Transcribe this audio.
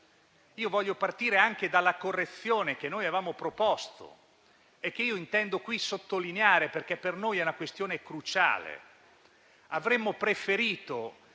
Voglio partire anche dalla correzione che avevamo proposto e che intendo qui sottolineare, perché per noi è una questione cruciale. Avremmo preferito